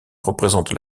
représente